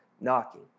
knocking